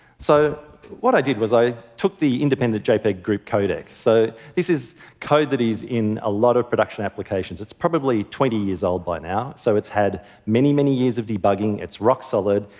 so what i did was i took the independent jpeg group codec, so this is code that is in a lot of production applications. it's probably twenty years old by now, so it's had many, many years of debugging, it's rock solid,